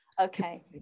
Okay